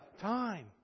time